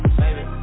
Baby